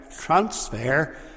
transfer